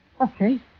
Okay